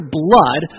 blood